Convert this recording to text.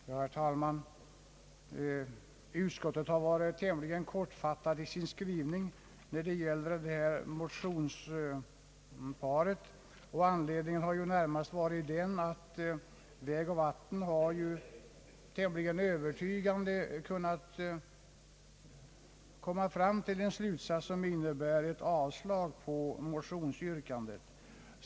Herr talman! Utskottet har varit kortfattat när det gäller detta motionspar. Anledningen har närmast varit att vägoch vattenbyggnadsstyrelsen tämligen övertygande kunnat komma fram till en slutsats som innebär ett avslag på motionsyrkandet.